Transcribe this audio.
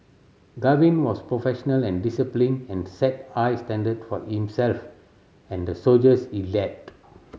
Gavin was professional and disciplined and set high standard for himself and the soldiers he led